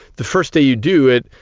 the first day you do it,